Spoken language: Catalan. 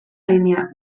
línia